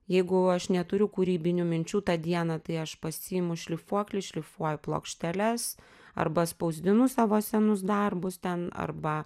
jeigu aš neturiu kūrybinių minčių tą dieną tai aš pasiimu šlifuoklį šlifuoju plokšteles arba spausdinu savo senus darbus ten arba